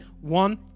one